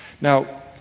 Now